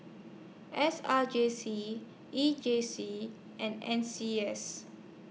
S R J C E J C and N C S